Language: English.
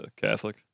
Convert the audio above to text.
Catholic